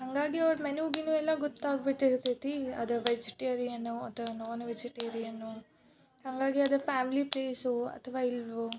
ಹಾಗಾಗಿ ಅವ್ರ ಮೆನು ಗಿನು ಎಲ್ಲ ಗೊತ್ತಾಗಿಬಿಟ್ಟಿರ್ತೈತಿ ಅದು ವೆಜಿಟೇರಿಯನೋ ಅಥವಾ ನಾನ್ ವೆಜಿಟೇರಿಯನೋ ಹಾಗಾಗಿ ಅದು ಫ್ಯಾಮಿಲಿ ಪ್ಲೇಸೋ ಅಥವಾ ಇಲ್ಲವೋ